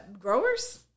Growers